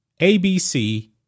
ABC